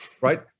right